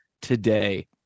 today